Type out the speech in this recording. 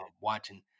watching